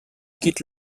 quitte